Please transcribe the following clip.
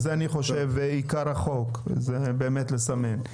זה עיקר החוק, באמת לסמן.